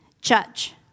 judge